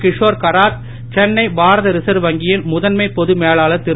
Kishore Karat Chennai Bharat reserve வங்கியின் முதன்மை பொது மேலாளர் திரு